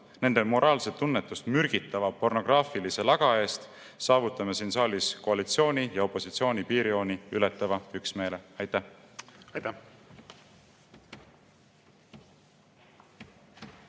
nende moraalset tunnetust mürgitava pornograafilise laga eest saavutame siin saalis koalitsiooni ja opositsiooni piirjooni ületava üksmeele. Aitäh!